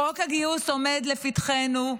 חוק הגיוס עומד לפתחנו,